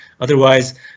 Otherwise